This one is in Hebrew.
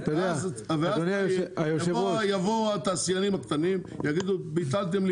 ואזי בואו התעשיינים הקטנים יגידו ביטלתם לי